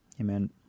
Amen